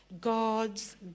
god's